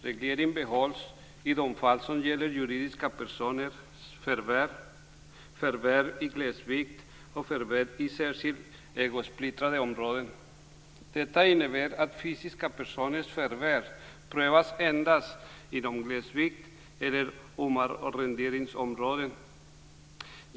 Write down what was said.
Reglering behålls i de fall som gäller juridiska personers förvärv, förvärv i glesbygd och förvärv i särskilt ägosplittrade områden. Detta innebär att fysiska personers förvärv prövas endast inom glesbygd eller omarronderingsområde.